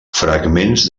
fragments